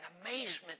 amazement